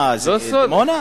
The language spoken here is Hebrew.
מה, זה דימונה?